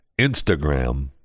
Instagram